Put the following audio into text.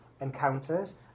encounters